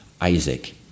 Isaac